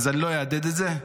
אז אני לא אהדהד את זה?